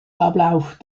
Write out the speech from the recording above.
ablauf